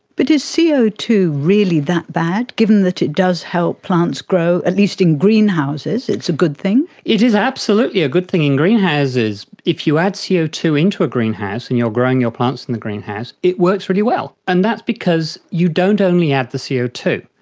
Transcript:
but is c o two really that bad, given that it does help plants grow, at least in greenhouses it's a good thing? it is absolutely a good thing in greenhouses. if you add c o two into a greenhouse and you are growing your plants in the greenhouse, it works really well, and that's because you don't only add the c o two.